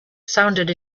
sounded